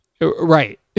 Right